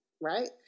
right